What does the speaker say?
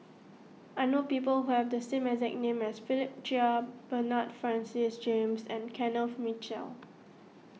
I know people who have the same exact name as Philip Chia Bernard Francis James and Kenneth Mitchell